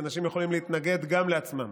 אנשים יכולים להתנגד גם לעצמם.